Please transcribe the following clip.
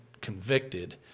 convicted